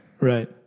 Right